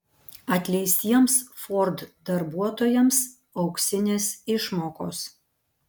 atleistiems ford darbuotojams auksinės išmokos